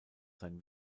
sein